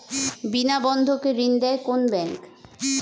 বিনা বন্ধকে ঋণ দেয় কোন ব্যাংক?